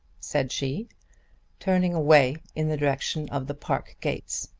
said she turning away in the direction of the park gates.